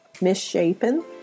misshapen